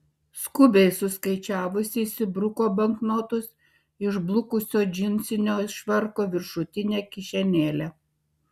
skubiai suskaičiavusi įsibruko banknotus į išblukusio džinsinio švarko viršutinę kišenėlę